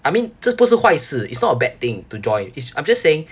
I mean 这不是坏事 it's not a bad thing to join it's I'm just saying